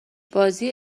بازی